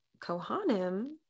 Kohanim